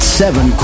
seven